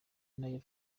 nayo